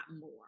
more